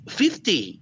fifty